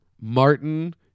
Martin